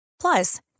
Plus